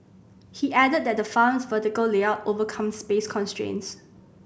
he added that the farm's vertical layout overcomes space constraints